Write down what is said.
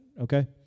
okay